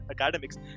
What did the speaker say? academics